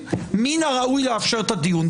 מן הראוי לאפשר את הדיון.